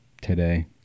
Today